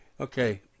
Okay